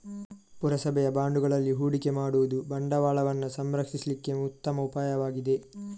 ಪುರಸಭೆಯ ಬಾಂಡುಗಳಲ್ಲಿ ಹೂಡಿಕೆ ಮಾಡುದು ಬಂಡವಾಳವನ್ನ ಸಂರಕ್ಷಿಸ್ಲಿಕ್ಕೆ ಉತ್ತಮ ಉಪಾಯ ಆಗಿದೆ